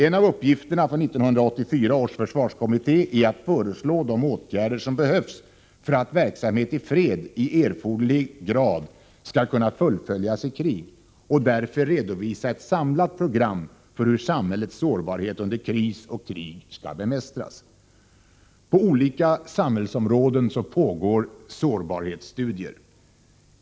En av uppgifterna för 1984 års försvarskommitté är att föreslå de åtgärder som behövs för att verksamhet i fred i erforderlig grad skall kunna fullföljas i krig och att därvid redovisa ett samlat program för hur samhällets sårbarhet under kris och krig skall bemästras. På olika samhällsområden pågår sårbarhetsstudier.